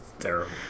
Terrible